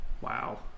wow